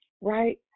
Right